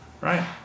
right